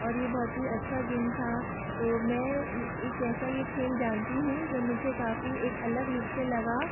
और ये बहुत ही अच्छा गेम था तो मैं ये एक ऐसा ये खेल जानती हूँ जो मुझे काफ़ी एक अलग रूप से लगा